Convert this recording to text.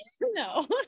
No